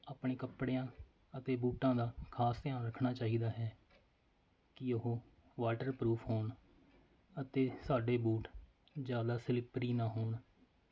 ਆਪਣੇ ਕੱਪੜਿਆਂ ਅਤੇ ਬੂਟਾਂ ਦਾ ਖਾਸ ਧਿਆਨ ਰੱਖਣਾ ਚਾਹੀਦਾ ਹੈ ਕਿ ਉਹ ਵਾਟਰਪਰੂਫ ਹੋਣ ਅਤੇ ਸਾਡੇ ਬੂਟ ਜ਼ਿਆਦਾ ਸਲਿਪਰੀ ਨਾ ਹੋਣ